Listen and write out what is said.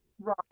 right